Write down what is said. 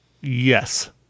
Yes